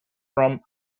from